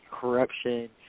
corruption